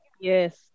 Yes